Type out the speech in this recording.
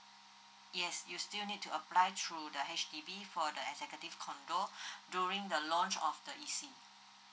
yes you still need to apply through the H_D_B for the executive condo during the launch of the E_C